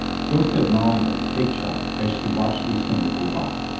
so said molly of the cakeshop, as she watched lucinda go by.